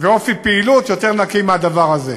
ואופי פעילות יותר נקי מהדבר הזה.